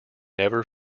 never